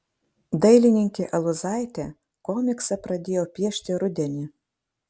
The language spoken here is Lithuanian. dailininkė aluzaitė komiksą pradėjo piešti rudenį